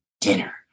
dinner